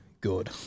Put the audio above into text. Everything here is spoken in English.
good